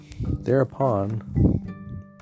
Thereupon